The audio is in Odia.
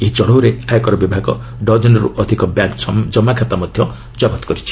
ଏହି ଚଢ଼ଉରେ ଆୟକର ବିଭାଗ ଡଜନେରୁ ଅଧିକ ବ୍ୟାଙ୍କ ଜମାଖାତା ଜବତ କରିଛି